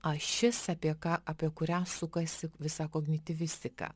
ašis apie ką apie kurią sukasi visa kognityvistika